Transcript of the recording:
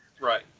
Right